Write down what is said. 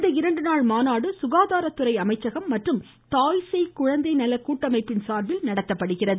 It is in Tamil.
இந்த இரண்டு நாள் மாநாடு சுகாதாரத்துறை அமைச்சகம் மற்றும் தாய் சேய் குழந்தை நல கூட்டமைப்பின் சார்பில் நடத்தப்படுகிறது